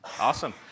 awesome